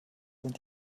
sind